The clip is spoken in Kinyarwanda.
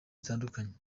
zitandukanye